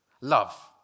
Love